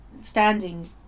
standing